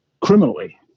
criminally